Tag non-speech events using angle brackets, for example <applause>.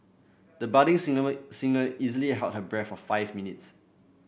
the budding <unintelligible> singer easily held her breath for five minutes